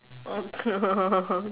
oh no